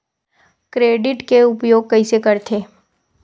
Credit के उपयोग कइसे करथे?